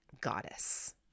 goddess